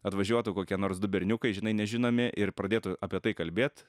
atvažiuotų kokia nors du berniukai žinai nežinomi ir pradėtų apie tai kalbėt